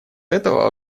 этого